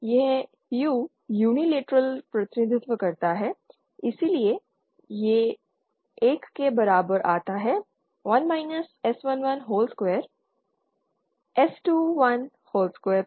यह U unilateral प्रतिनिधित्व करता है इसलिए यह I के बराबर आता है 1 S11 whole square S21 whole square पर